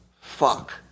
fuck